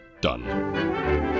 done